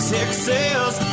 Texas